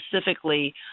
specifically